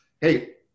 Hey